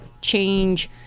change